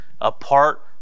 apart